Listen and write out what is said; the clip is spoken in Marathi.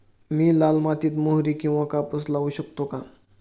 मी लाल मातीत मोहरी किंवा कापूस लावू शकतो का?